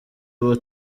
ubu